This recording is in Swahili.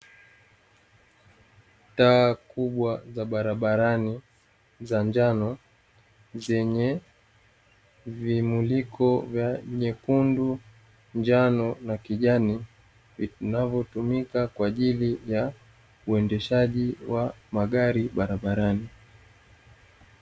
Taa kubwa za barabarani za njano zenye muliko vya nyekundu njano na kijani, vinavyotumika kwa ajili ya uendeshaji wa magari barabarani.